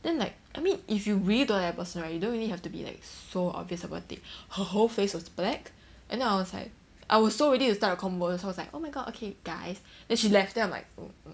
then like I mean if you really don't like that person right you don't really have to be like so obvious about it her whole face was black and then I was like I was so ready to start a convo so I was like oh my god okay guys then she left then I'm like oh err